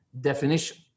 definition